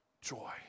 joy